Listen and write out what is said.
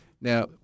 Now